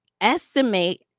estimate